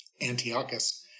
Antiochus